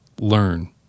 Learn